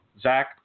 Zach